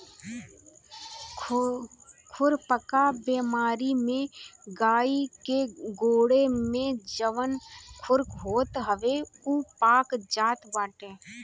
खुरपका बेमारी में गाई के गोड़े में जवन खुर होत हवे उ पाक जात बाटे